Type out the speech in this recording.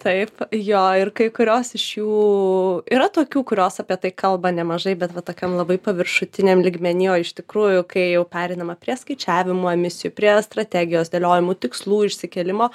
taip jo ir kai kurios iš jų yra tokių kurios apie tai kalba nemažai bet va tokiam labai paviršutiniam lygmeny o iš tikrųjų kai jau pereinama prie skaičiavimo emisijų prie strategijos dėliojimų tikslų išsikėlimo